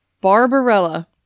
Barbarella